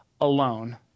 alone